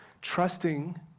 trusting